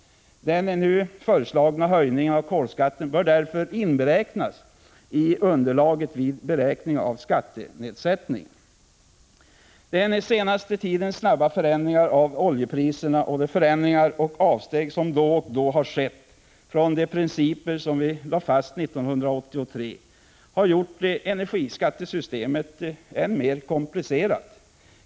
Den nu föreslagna höjningen av kolskatten bör därför inberäknas i underlaget vid beräkningen av skattenedsättningen. Den senaste tidens snabba förändringar av oljepriserna och de förändringar och avsteg som då och då har skett från de principer som vi lade fast 1983 har gjort energiskattesystemet än mer komplicerat.